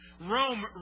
Rome